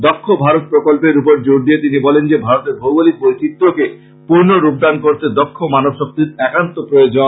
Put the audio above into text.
দক্ষ ভারত প্রকল্পের ওপর জোর দিয়ে তিনি বলেন যে ভারতের ভৌগলিক বৈচিত্রকে পূর্ণ রূপদান করতে দক্ষ মানব শক্তির একান্ত প্রয়োজন